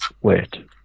wait